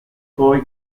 poi